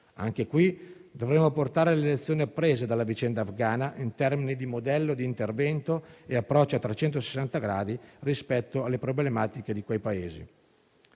Anche qui dovremo portare le lezioni apprese dalla vicenda afghana in termini di modello di intervento e approccio a 360 gradi rispetto alle problematiche di quei Paesi.